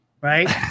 right